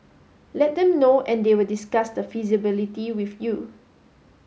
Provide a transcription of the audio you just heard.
let them know and they will discuss the feasibility with you